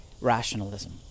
rationalism